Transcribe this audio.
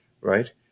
right